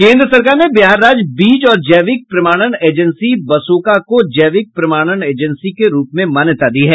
केंद्र सरकार ने बिहार राज्य बीज और जैविक प्रमाणन एजेंसी बसोका को जैविक प्रमाणन एजेंसी के रूप में मान्यता दी है